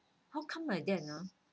how come like that ah